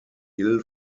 ill